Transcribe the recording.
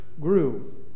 grew